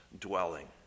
dwelling